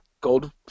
gold